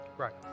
Right